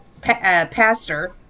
pastor